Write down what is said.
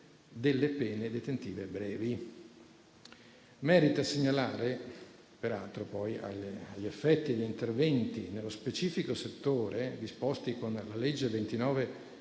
delle pene detentive brevi. Merita peraltro segnalare gli effetti e gli interventi nello specifico settore disposti con la legge n.